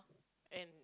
and